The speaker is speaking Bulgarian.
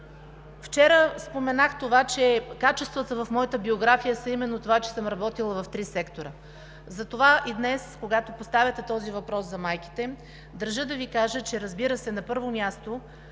Вчера споменах, че качествата в моята биография са именно, че съм работила в три сектора. Затова и днес, когато поставяте въпроса за майките, държа да Ви кажа, че, разбира се, на първо място,